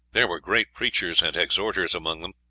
there were great preachers and exhorters among them.